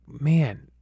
man